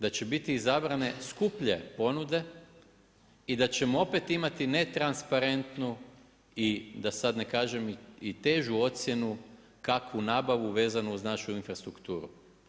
Da će biti izabrane skuplje ponude i da ćemo opet imati netransparentnu i da sad ne kažem i težu ocjenu kakvu nabavu vezanu uz našu infrastrukturu.